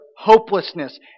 hopelessness